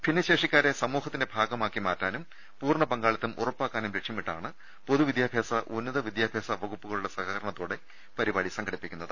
ഭിന്നശേഷിക്കാരെ സമൂഹത്തിന്റെ ഭാഗമാക്കി മാറ്റാനും പൂർണ്ണ പങ്കാളിത്തം ഉറപ്പാക്കാനും ലക്ഷ്യമി ട്ടാണ് പൊതുവിദ്യാഭ്യാസ ഉന്നത വിദ്യാഭ്യാസ വകുപ്പുകളുടെ സഹ കരണത്തോടെ പരിപാടി സംഘടിപ്പിക്കുന്നത്